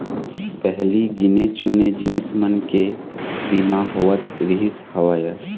पहिली गिने चुने जिनिस मन के बीमा होवत रिहिस हवय